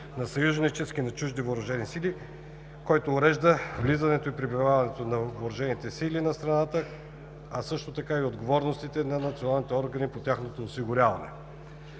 на съюзнически и на чужди въоръжени сили, който урежда влизането и пребиваването на въоръжени сили на територията на страната, а също така и отговорностите на националните органи по тяхното осигуряване.